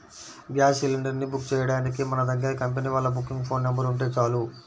gas cylinder ని book చెయ్యడానికి మన దగ్గర కంపెనీ వాళ్ళ బుకింగ్ ఫోన్ నెంబర్ ఉంటే చాలు